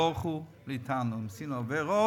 הקדוש-ברוך-הוא ובינינו, אם עשינו עבירות,